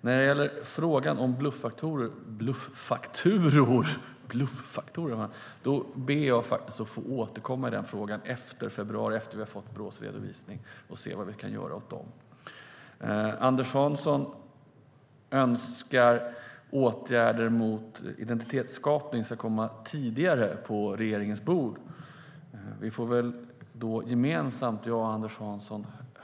När det gäller bluffakturor ber jag att få återkomma efter februari då vi har fått Brås redovisning och se vad vi kan göra åt det. Anders Hansson önskar att åtgärder mot identitetskapning ska komma tidigare på regeringens bord. Anders Hansson och jag får väl gemensamt